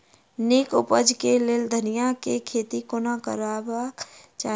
नीक उपज केँ लेल धनिया केँ खेती कोना करबाक चाहि?